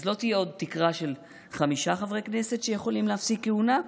אז לא תהיה עוד תקרה של חמישה חברי כנסת שיכולים להפסיק כהונה,